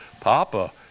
Papa